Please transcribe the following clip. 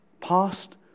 Past